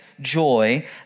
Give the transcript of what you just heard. joy